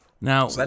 Now